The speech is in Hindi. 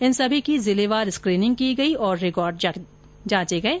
इन सभी की जिलेवार स्क्रीनिंग की गई और रिकॉर्ड जांचे गये